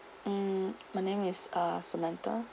mm my name is uh samantha